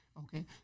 Okay